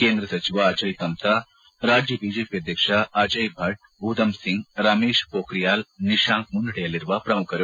ಕೇಂದ್ರ ಸಚಿವ ಅಜಯ್ ತಮ್ತಾ ರಾಜ್ಯ ಬಿಜೆಪಿ ಅಧ್ಯಕ್ಷ ಅಜಯ್ ಭಟ್ ಉಧಮ್ಸಿಂಗ್ ರಮೇಶ್ ಪೋಕ್ರಿಯಾಲ್ ನಿಶಾಂಕ್ ಮುನ್ನಡೆಯಲ್ಲಿರುವ ಪ್ರಮುಖರು